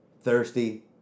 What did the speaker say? thirsty